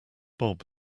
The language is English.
bob